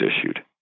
issued